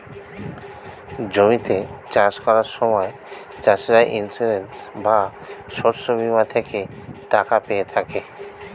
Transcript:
জমিতে চাষ করার সময় চাষিরা ইন্সিওরেন্স বা শস্য বীমা থেকে টাকা পেয়ে থাকে